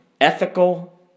ethical